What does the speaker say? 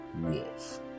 wolf